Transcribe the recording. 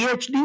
PhD